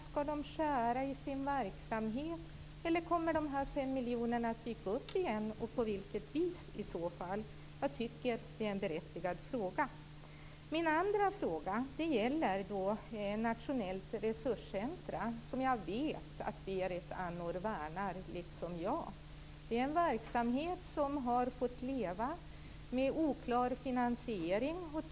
Skall de skära i sin verksamhet? Eller kommer de 500 miljonerna att dyka upp igen, och på vilket vis i så fall? Jag tycker att det är en berättigad fråga. Min andra fråga gäller det nationella resurscentrumet, som jag vet att Berit Andnor liksom jag värnar. Det är en verksamhet som har fått leva med oklar finansiering.